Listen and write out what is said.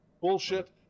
bullshit